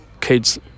kids